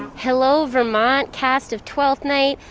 hello vermont cast of twelfth night!